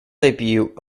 debut